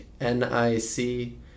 N-I-C